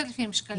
3,000 שקלים,